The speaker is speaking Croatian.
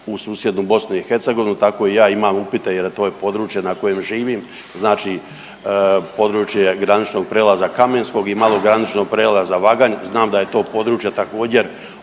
u susjednu BiH, tako i ja imam upite jer to je područje na kojem živim, znači područje graničnog prijelaza Kamenskog i malograničkog prijelaza Vaganj, znam da je to područje također